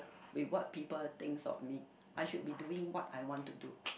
with what people thinks of me I should be doing what I want to do